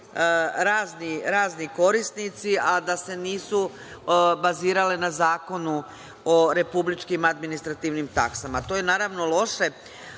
razni korisnici, a da se nisu bazirali na Zakonu o republičkim administrativnim taksama. To je, naravno, loše,